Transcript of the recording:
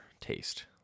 taste